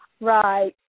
Right